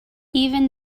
even